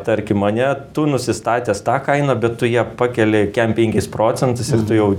tarkim ane tu nusistatęs tą kainą bet tu ją pakeli kem penkiais procentais ir tu jau